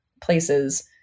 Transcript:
places